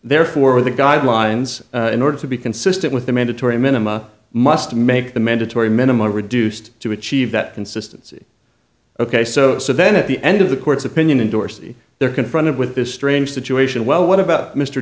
therefore the guidelines in order to be consistent with the mandatory minimum must make the mandatory minimum reduced to achieve that consistency ok so so then at the end of the court's opinion and dorsey they're confronted with this strange situation well what about m